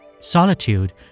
Solitude